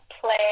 Play